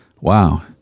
Wow